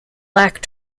lack